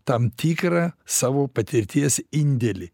tam tikrą savo patirties indėlį